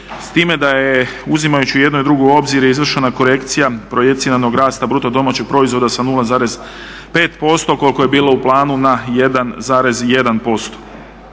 S time da je uzimajući i jedno i drugo u obzir izvršena korekcija projiciranog rasta BDP-a sa 0,5% koliko je bilo u planu na 1,1%.